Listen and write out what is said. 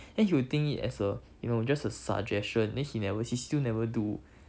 then he will think it as a you know just a suggestion then he never he still never do